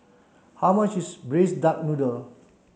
how much is braised duck noodle